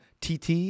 TT